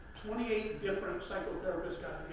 twenty eight different psychotherapists got